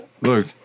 Look